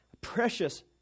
Precious